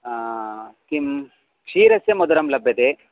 किं क्षीरस्य मधुरं लभ्यते